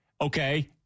Okay